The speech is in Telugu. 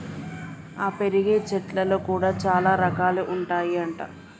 ఆ పెరిగే చెట్లల్లో కూడా చాల రకాలు ఉంటాయి అంట